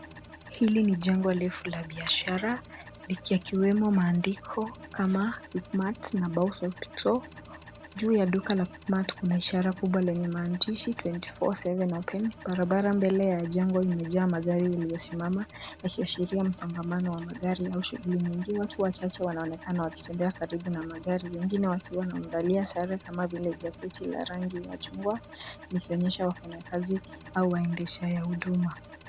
Hili ni jango refu la biashara liki yakiwemo maandiko kama Quikmart na Baus Optical. Juu ya duka la Quikmart kuna ishara kubwa lenye maandishi 24-7 Open . Barabara mbele ya jango limejaa magari lilio simama ikiashiria msongamano wa magari shuguli nyingine. Watu wachache wanaonekana wakitembea karibu na magari wengine wakiwa wamevalia sare kama vile jaketi la rangi ya chungwa ikionyesha wafanyakazi au waendeshaji huduma.